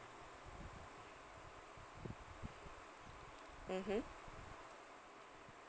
mmhmm